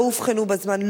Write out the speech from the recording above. לא אובחנו בזמן,